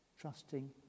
trusting